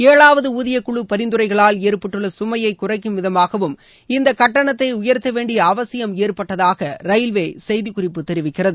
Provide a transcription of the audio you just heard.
ஏழாவது ஊதியக்குழு பரிந்துரைகளால் ஏற்பட்டுள்ள சுமையைக் குறைக்கும் விதமாகவும் இந்தக் கட்டணத்தை உயர்த்த வேண்டிய அவசியம் ஏற்பட்டதாக தெற்கு செய்திக்குறிப்பு தெரிவிக்கிறது